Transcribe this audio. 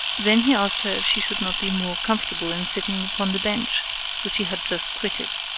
then he asked her if she should not be more comfortable in sitting upon the bench which he had just quitted.